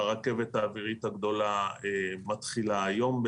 הרכבת האווירית הגדולה מתחילה היום.